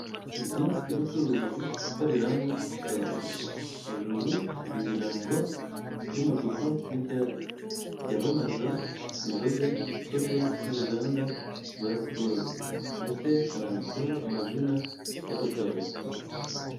Inzu y'ubucuruzi ikoreramo akabari hejuru hari ibirango by'umutuku n'icyatsi byamamaza inzoga ikorwa n'uruganda rwa sikolo ndetse hananditseho amazina y'ako kabari.